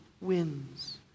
wins